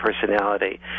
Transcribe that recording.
personality